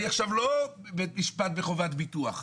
אני עכשיו לא בבית משפט בחובת ביטוח,